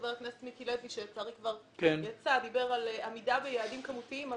חבר הכנסת מיקי לוי שלצערי כבר יצא דיבר על עמידה ביעדים כמותיים.